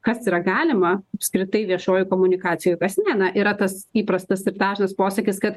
kas yra galima apskritai viešojoj komunikacijoj kas ne na yra tas įprastas ir dažnas posakis kad